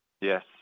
Yes